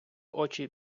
очі